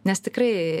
nes tikrai